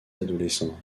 adolescents